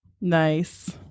Nice